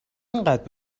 اینقدر